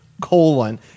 Colon